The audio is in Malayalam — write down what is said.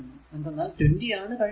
എന്തെന്നാൽ 20 ആണ് കഴിഞ്ഞത്